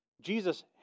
Jesus